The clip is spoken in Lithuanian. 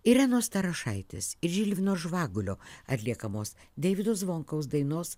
irenos starošaitės ir žilvino žvagulio atliekamos deivido zvonkaus dainos